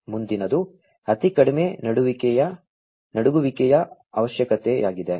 ಮುಂದಿನದು ಅತಿ ಕಡಿಮೆ ನಡುಗುವಿಕೆಯ ಅವಶ್ಯಕತೆಯಾಗಿದೆ